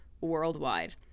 worldwide